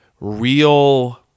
real